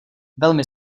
velmi